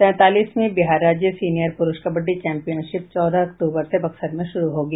तैंतालीसवीं बिहार राज्य सीनियर पुरुष कबड्डी चैंपियनशिप चौदह अक्टूबर से बक्सर में शुरू होगी